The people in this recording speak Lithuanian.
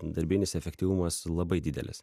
darbinis efektyvumas labai didelis